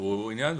פתרו עניין,